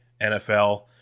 NFL